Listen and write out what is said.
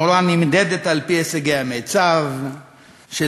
המורה נמדדת על-פי הישגי המיצ"ב של